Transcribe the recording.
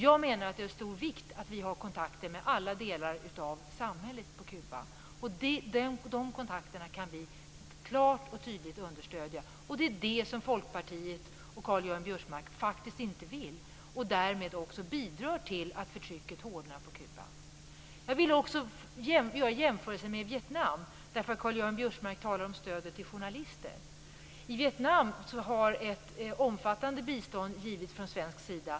Jag menar att det är av stor vikt att vi har kontakter med alla delar av det kubanska samhället, och de kontakterna kan vi klart och tydligt understödja. Det är det som Folkpartiet och Karl-Göran Biörsmark inte vill. Därmed bidrar man till att förtrycket hårdnar på Kuba. Jag vill också göra en jämförelse med Vietnam. Karl-Göran Biörsmark talade om stödet till journalister. I Vietnam har ett omfattande bistånd givits från svensk sida.